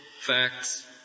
facts